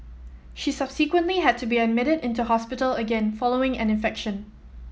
she subsequently had to be admitted into hospital again following an infection